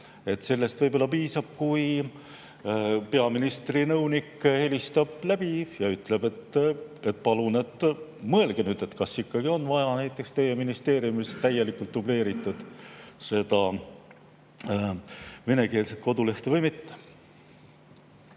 Sellest võib-olla piisab, kui peaministri nõunik helistab asutused läbi ja ütleb, et palun mõelge, kas ikkagi on vaja teie ministeeriumis täielikult dubleeritud venekeelset kodulehte või mitte.